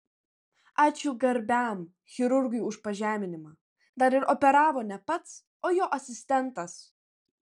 ačiū garbiam chirurgui už pažeminimą dar ir operavo ne pats o jo asistentas